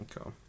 Okay